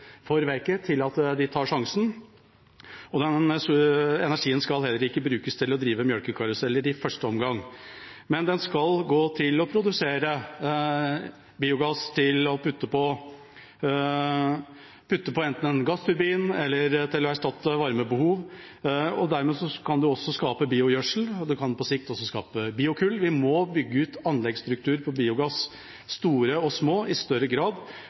for veike til at de tar sjansen, og den energien skal heller ikke brukes til å drive mjølkekaruseller i første omgang. Men den skal gå til å produsere biogass til å putte på enten en gassturbin eller til å erstatte varmebehov. Dermed kan det skapes biogjødsel, og det kan på sikt også skapes biokull. Vi må bygge ut anleggsstruktur for biogass i større grad – store og små